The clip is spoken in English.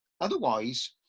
otherwise